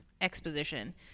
exposition